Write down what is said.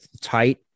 tight